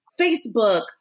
Facebook